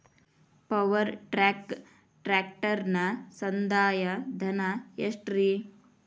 Power track ಟ್ರ್ಯಾಕ್ಟರನ ಸಂದಾಯ ಧನ ಎಷ್ಟ್ ರಿ?